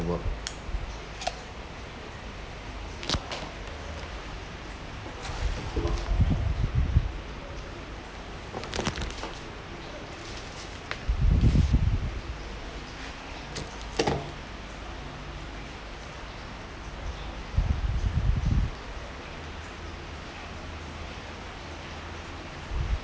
work